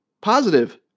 Positive